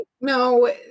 No